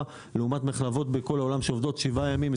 לעומת מחלבות בכל העולם שעובדות שבעה ימים,